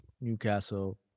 Newcastle